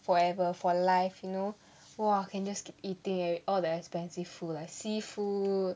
forever for life you know !wah! can just keep eating ev~ all the expensive food like seafood